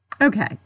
Okay